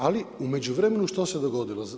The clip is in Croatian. Ali, u međuvremenu, što se dogodilo?